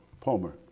Palmer